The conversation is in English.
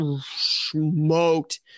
smoked